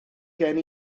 gen